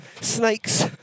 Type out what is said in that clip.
snakes